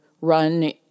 run